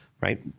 right